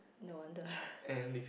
no wonder